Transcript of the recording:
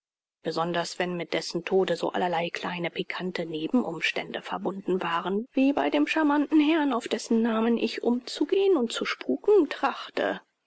besonders wenn mit dessen tode so allerlei kleine pikante nebenumstände verbunden waren wie bei dem charmanten herrn auf dessen namen ich umzugehen und zu spuken trachte